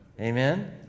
Amen